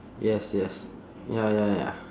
yes yes ya ya ya